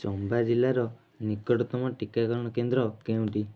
ଚମ୍ବା ଜିଲ୍ଲାର ନିକଟତମ ଟିକାକରଣ କେନ୍ଦ୍ର କେଉଁଟି